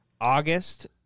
August